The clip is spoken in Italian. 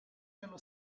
nello